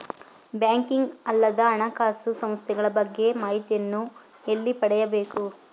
Banking ಅಲ್ಲದ ಹಣಕಾಸು ಸಂಸ್ಥೆಗಳ ಬಗ್ಗೆ ಮಾಹಿತಿಯನ್ನು ಎಲ್ಲಿ ಪಡೆಯಬೇಕು?